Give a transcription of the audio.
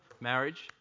marriage